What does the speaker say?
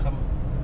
sama